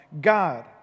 God